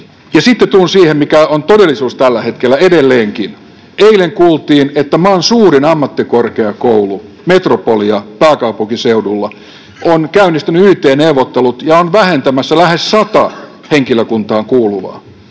Sitten tulen siihen, mikä on todellisuus tällä hetkellä, edelleenkin. Eilen kuultiin, että maan suurin ammattikorkeakoulu Metropolia pääkaupunkiseudulla on käynnistänyt yt-neuvottelut ja on vähentämässä lähes sata henkilökuntaan kuuluvaa